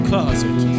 Closet